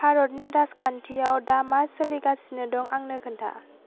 भारतनि राजखान्थिआव दा मा सोलिगासिनो दं आंनो खोन्था